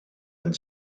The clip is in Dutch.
een